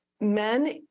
men